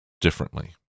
differently